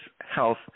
health